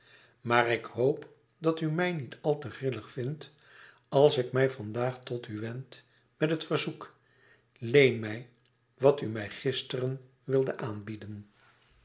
maar ik hoop dat u mij niet al te grillig vindt als ik mij van daag tot u wend met het verzoek leen mij wat u mij gisteren wilde aanbieden